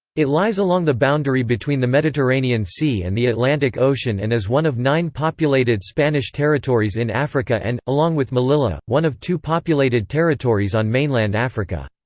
it lies along the boundary between the mediterranean sea and the atlantic ocean and is one of nine populated spanish territories in africa africa and, along with melilla, one of two populated territories on mainland africa.